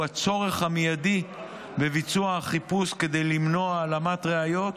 הוא הצורך המיידי בביצוע החיפוש כדי למנוע העלמת ראיות